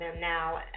now